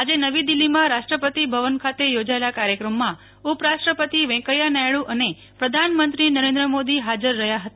આજે નવી દિલ્હીમાં રાષ્ટ્રપતિ ભવન ખાતે યોજાયેલા કાર્યક્રમમાં ઉપરાષ્ટ્રપતિ વેકેયા નાયડુ અને પ્રધાનમંત્રી નરેન્દ્ર મોદી હાજર રહ્યા હતા